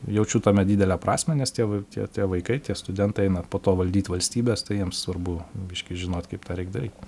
jaučiu tame didelę prasmę nes tie tie tie vaikai tie studentai eina po to valdyt valstybės tai jiem svarbu biškį žinot kaip tą reik daryt